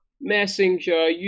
Messenger